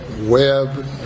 web